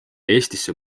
eestisse